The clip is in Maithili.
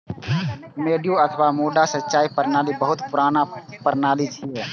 मड्डू अथवा मड्डा सिंचाइ प्रणाली बहुत पुरान प्रणाली छियै